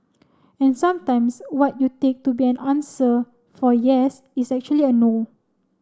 and sometimes what you take to be an answer for yes is actually a no